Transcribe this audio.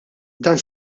dan